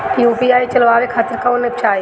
UPI चलवाए के खातिर कौन एप चाहीं?